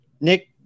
Nick